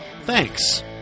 Thanks